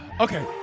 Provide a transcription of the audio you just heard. Okay